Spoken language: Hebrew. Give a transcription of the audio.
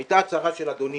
זו הייתה הצהרה של אדוני